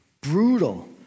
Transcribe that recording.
brutal